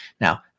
Now